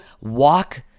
walk